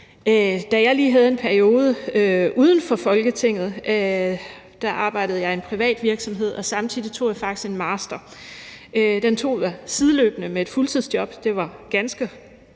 Da jeg lige havde en periode uden for Folketinget, arbejdede jeg i en privat virksomhed, og samtidig tog jeg faktisk en master. Den tog jeg sideløbende med et fuldtidsjob, og det var ganske